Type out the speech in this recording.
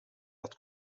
dat